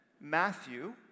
Matthew